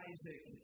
Isaac